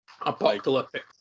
Apocalyptic